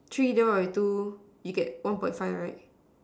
three divided by two you get one point five right